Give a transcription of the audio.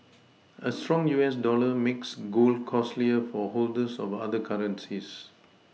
a strong U S dollar makes gold costlier for holders of other currencies